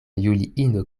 juliino